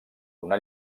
una